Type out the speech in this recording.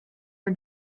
are